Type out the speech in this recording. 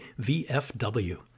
VFW